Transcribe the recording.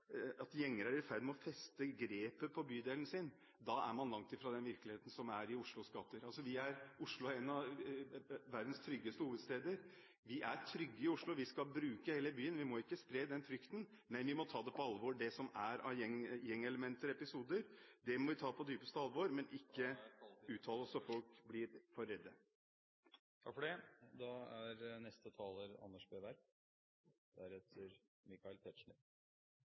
i ferd med å feste grepet på bydelen sin, da er man langt fra virkeligheten i Oslos gater. Oslo er en av verdens tryggeste hovedsteder. Vi er trygge i Oslo. Vi skal bruke hele byen. Vi må ikke spre frykten, men vi må ta det som er av gjengelementer og -episoder på dypeste alvor og ikke uttale oss så folk blir for redde. Jeg slutter meg til rekken av gratulanter til presidenten i forbindelse med ny og spennende jobb! Takk også til interpellanten for å reise et viktig spørsmål. Interpellasjonen er